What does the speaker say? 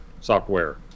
software